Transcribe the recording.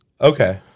okay